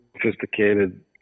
sophisticated